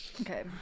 Okay